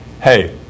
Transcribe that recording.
hey